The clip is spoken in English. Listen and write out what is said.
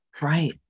Right